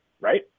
right